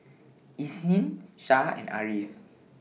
Isnin Shah and Ariff